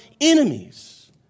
enemies